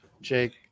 Jake